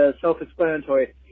self-explanatory